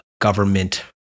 government